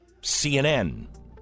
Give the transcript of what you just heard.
CNN